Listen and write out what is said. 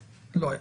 בסדר, לא היה.